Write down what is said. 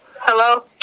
Hello